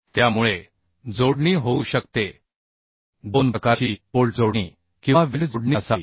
त्यामुळे जोडणी होऊ शकते दोन प्रकारची बोल्ट जोडणी किंवा वेल्ड जोडणी असावी